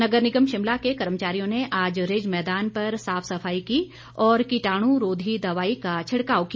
नगर निगम शिमला के कर्मचारियों ने आज रिज मैदान पर साफ सफाई की और कीटाणु रोधी दवाई का छिड़काव किया